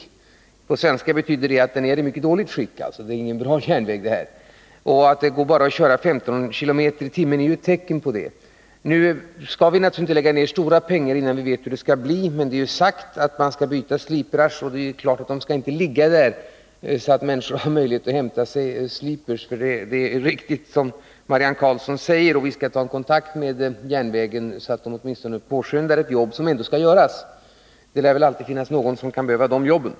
På vanlig svenska betyder det att den är i mycket dåligt skick. Det är alltså inte någon bra järnväg. Att det bara går att köra 15 km i timmen är ju ett tecken på det. Vi skall naturligtvis inte lägga ned stora pengar innan vi vet hur det skall bli. Men det är sagt att man skall byta sliprar, och det är klart att de inte skall ligga där så att människor har möjlighet att hämta sådana. Det som Marianne Karlsson säger är riktigt, och vi skall ta kontakt med järnvägen så att man åtminstone påskyndar ett arbete som ändå skall göras. Och det lär väl alltid finnas några som behöver jobben.